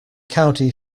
county